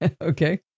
Okay